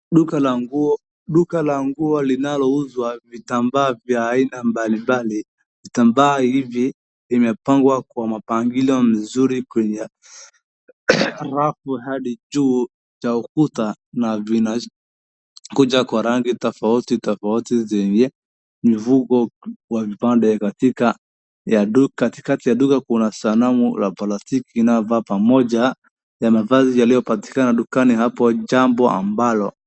Duka la nguo linalouzwa vitambaa vya aina mbalimbali. Vitambaa hivi vimepangwa kwa mpangilio mzuri kwenye rapu hadi juu ya ukuta na vinakuja kwa rangi tofautitofauti zenye mifuko ya vipande. Katikati ya duka kuna sanamu la farasi inayovaa moja ya mavazi yanayopatikana dukani apo jambo ambalo...